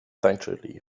tańczyli